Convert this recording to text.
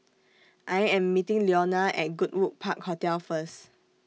I Am meeting Leona At Goodwood Park Hotel First